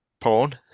porn